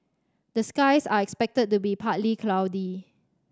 the skies are expected to be partly cloudy